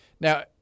Now